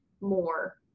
more